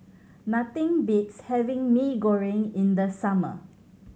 nothing beats having Mee Goreng in the summer